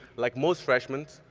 like most freshmans,